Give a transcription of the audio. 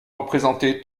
représenté